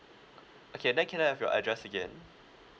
okay then can I have your address again